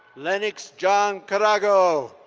lennox john karago.